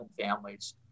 families